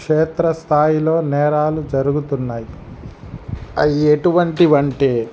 క్షేత్రస్థాయిలో నేరాలు జరుగుతున్నాయి అయ్యి ఎటువంటివంటే